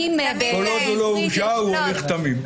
כל עוד הוא לא הורשע, הוא הולך תמים.